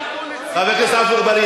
חבר הכנסת עפו אגבאריה.